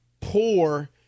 poor